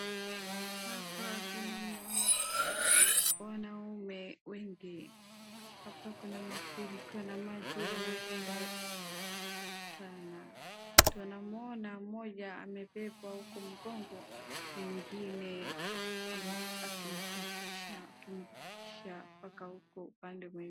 Hapa tunawaona wanaume wengi. Hapa kuna mafuriko na maji yanaenda sana. Tunamwona mmoja amebebwa kwa mgongo na mwingine akimvukisha mpaka huko upande mwingine.